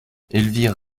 elvire